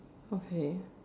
okay